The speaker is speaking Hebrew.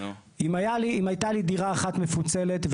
אם הייתה לי דירה אחת מפוצלת,